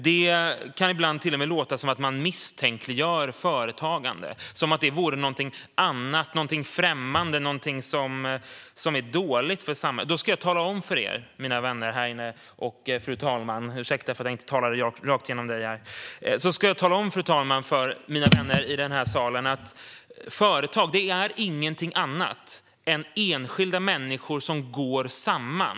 Det kan ibland till och med låta som att man misstänkliggör företagande och som att det vore någonting annat - någonting främmande och någonting som är dåligt för samhället. Jag ska tala om för er, mina vänner i den här salen och fru talman - ursäkta att jag inte talade genom fru talman - att företag inte är någonting annat än enskilda människor som går samman.